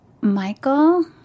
Michael